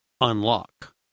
Unlock